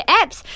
apps